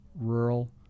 rural